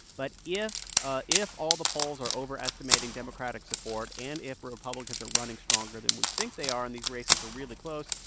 but if ah if all the polls are overestimating democratic support, and if republicans are running stronger than we think they are and these races are really close,